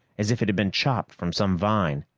as if it had been chopped from some vine.